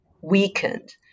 weakened